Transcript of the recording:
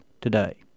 today